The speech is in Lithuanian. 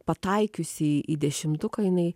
pataikiusi į dešimtuką jinai